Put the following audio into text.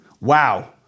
Wow